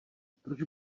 proč